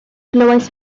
glywais